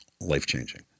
life-changing